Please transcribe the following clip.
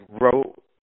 wrote